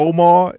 Omar